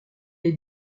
est